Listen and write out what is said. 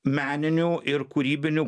meninių ir kūrybinių